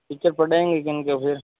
teachers पढ़ाएंगे किनको फिर